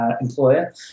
employer